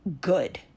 Good